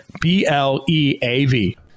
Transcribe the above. B-L-E-A-V